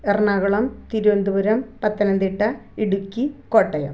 Ernakulam Thiruvananthapuram Pathanamthitta Idukki Kottayam